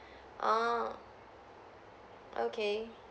oh okay